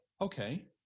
okay